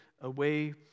away